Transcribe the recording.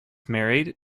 married